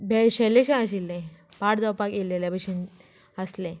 भेळशेल्लें शें आशिल्ले पाड जावपाक येयल्लेल्या भशेन आसलें